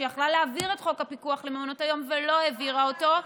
שיכלה להעביר את חוק הפיקוח על מעונות היום ולא העבירה אותו.